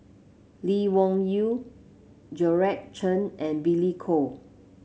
Lee Wung Yew Georgette Chen and Billy Koh